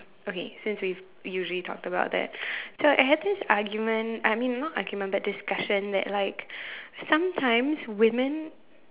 okay since we usually talked about that so I have this argument I mean not argument but discussion that like sometimes women